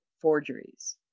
forgeries